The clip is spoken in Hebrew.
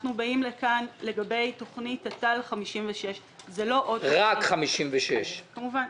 אנחנו באים לכאן לגבי תוכנית תת"ל 56. רק 56. כמובן.